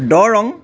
Darrang